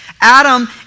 Adam